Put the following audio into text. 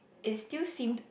it still seemed